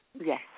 Yes